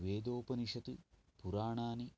वेदोपनिषत् पुराणानि